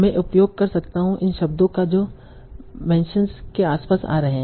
मैं उपयोग कर सकता हूं उन शब्दों का जो मेंशनस के आसपास आ रहे हैं